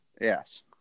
Yes